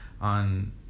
on